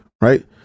right